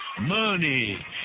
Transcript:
Money